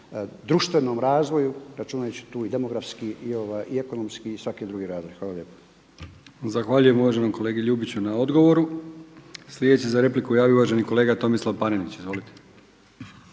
društvenom razvoju računajući tu i demografski i ekonomski i svaki drugi razlog. Hvala lijepo. **Brkić, Milijan (HDZ)** Zahvaljujem uvaženim kolegi Ljubiću na odgovoru. Slijedeći za repliku se javio uvaženi kolega Tomislav Panenić. Izvolite.